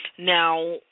Now